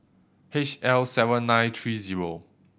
H L seven nine three zero